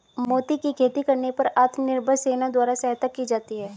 मोती की खेती करने पर आत्मनिर्भर सेना द्वारा सहायता की जाती है